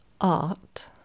art